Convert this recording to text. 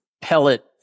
pellet